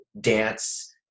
dance